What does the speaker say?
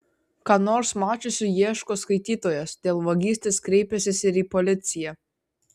ką nors mačiusių ieško skaitytojas dėl vagystės kreipęsis ir į policiją